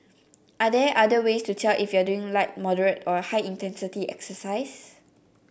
are there other ways to tell if you are doing light moderate or high intensity exercise